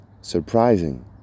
surprising